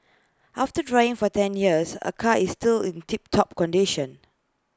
after driving for ten years her car is still in tip top condition